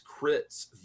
crits